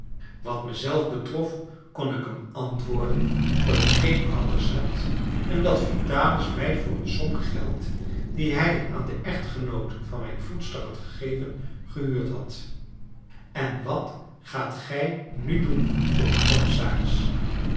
wat mezelf betrof kon ik hem antwoorden dat ik geen ouders had en dat vitalis mij voor een som geld die hij aan den echtgenoot van mijn voedster had gegeven gehuurd had en wat gaat gij nu doen vroeg de commissaris